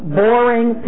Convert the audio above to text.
boring